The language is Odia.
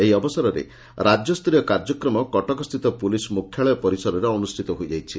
ଏହି ଅବସରରେ ରାଜ୍ୟ ସ୍ତରୀୟ କାର୍ଯ୍ୟକ୍ରମ କଟକ ସ୍ତିତ ପୁଲିସ୍ ମୁଖ୍ୟାଳୟ ପରିସରରେ ଅନୁଷ୍ଷିତ ହୋଇଯାଇଛି